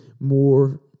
More